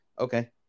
okay